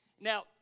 Now